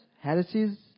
heresies